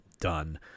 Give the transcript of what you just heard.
done